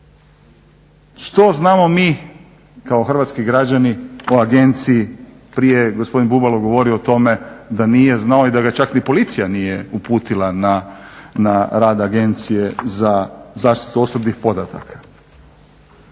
Što znamo mi kao hrvatski građani o agenciji, prije je gospodin Bubulo govorio o tome da nije znao i da ga čak ni policija nije uputila na rad agencije za zaštitu osobnih podataka.